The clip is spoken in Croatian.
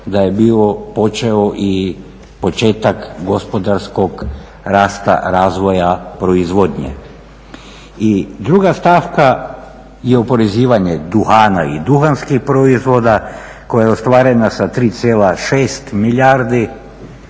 da je bio počeo i početak gospodarskog rasta razvoja proizvodnje. I druga stavka je oporezivanje duhana i duhanskih proizvoda koja je ostvarena sa 3,6 milijardi